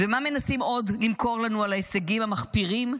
ומה מנסים עוד למכור לנו על ההישגים המחפירים?